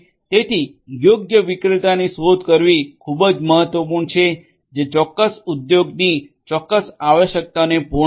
તેથી યોગ્ય વિક્રેતાની શોધ કરવી ખૂબ જ મહત્વપૂર્ણ છે જે ચોક્કસ ઉદ્યોગની ચોક્કસ આવશ્યકતાઓને પૂર્ણ કરે